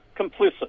complicit